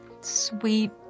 sweet